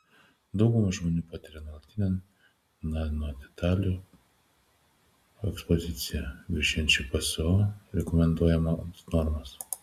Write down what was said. dauguma žmonių patiria nuolatinę nanodalelių ekspoziciją viršijančią pso rekomenduojamas normas